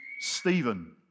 Stephen